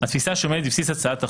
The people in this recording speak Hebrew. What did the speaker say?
התפיסה שעומדת בבסיס הצעת החוק,